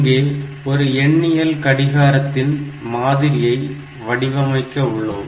இங்கே ஒரு எண்ணியல் கடிகாரத்தின் மாதிரியை வடிவமைக்க உள்ளோம்